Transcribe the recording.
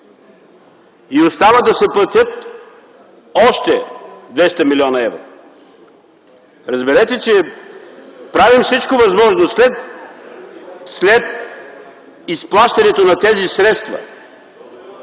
Остава да се платят още 200 млн. евро. Разберете, че правим всичко възможно след изплащането на тези средства,